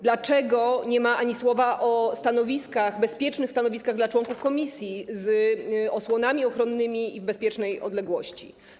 Dlaczego nie ma ani słowa o stanowiskach, bezpiecznych stanowiskach dla członków komisji z osłonami ochronnymi w bezpiecznej odległości?